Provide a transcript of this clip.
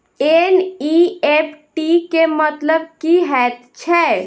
NEFT केँ मतलब की हएत छै?